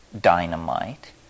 dynamite